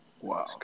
Wow